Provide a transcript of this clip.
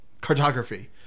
cartography